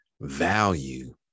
value